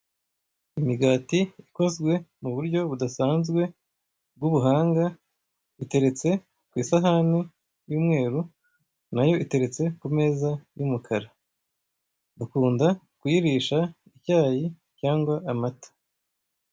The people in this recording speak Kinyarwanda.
Imigati ikozwe mu buryo budasanzwe bw'ubuhanga, iteretse ku isahane y'umweru, nayo iteretse ku meza y'umukara. Bakunda kuyirisha icyayi cyangwa amata.